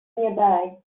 nearby